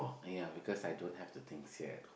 ya because I don't have the things yet